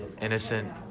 innocent